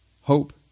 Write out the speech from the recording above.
hope